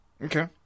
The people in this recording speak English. Okay